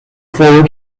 four